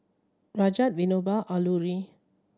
Rajat Vinoba Alluri